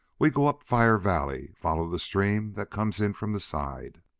we go up fire valley follow the stream that comes in from the side